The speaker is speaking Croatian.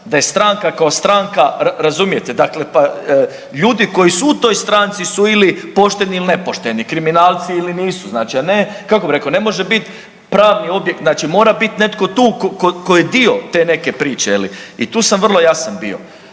da je stranka kao stranka, razumijete dakle pa ljudi koji su u toj stranci su pošteni ili nepošteni, kriminalni ili nisu, znači a ne, kako bih rekao ne može biti pravni objekt mora biti netko tu tko je dio te neke priče i tu sam vrlo jasan bio.